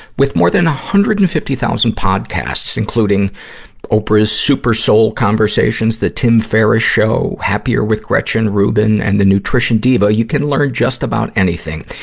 with more than one hundred and fifty thousand podcasts, including oprah's supersoul conversations, the tim ferriss show, happier with gretchen rubin, and the nutrition diva, you can learn just about anything,